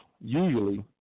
usually